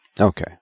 Okay